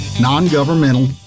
non-governmental